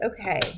Okay